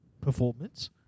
performance